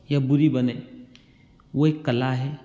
या बुरी बने वो एक कला है